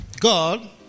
God